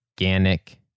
organic